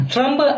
Trump